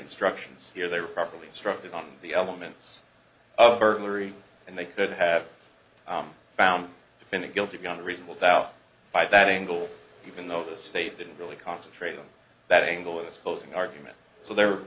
instructions here they were properly instructed on the elements of burglary and they could have found defendant guilty beyond a reasonable doubt by that angle even though the state didn't really concentrate on that angle of this closing argument so there